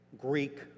Greek